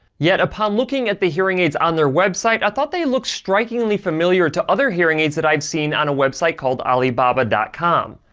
yet upon looking at the hearing aids on their website, i thought they looked strikingly familiar to other hearing aids that i've seen on a website called alibaba com.